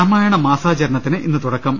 രാമായണ മാസാചരണത്തിന് ഇന്ന് തുടക്കം